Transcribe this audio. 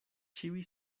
ĉiuj